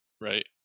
right